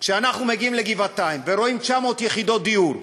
כשאנחנו מגיעים לגבעתיים ורואים 900 יחידות דיור,